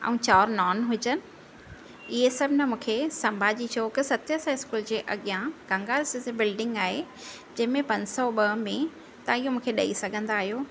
ऐं चारि नॉन हुजनि इहे सभु न मूंखे संभाजी चौक सत्य साईं स्कूल जे अॻियां बिल्डिंग आहे जंहिंमें पंज सौ ॿ में तव्हां इहो मूंखे ॾेई सघंदा आहियो